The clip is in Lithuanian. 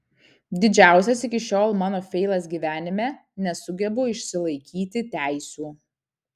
didžiausias iki šiol mano feilas gyvenime nesugebu išsilaikyti teisių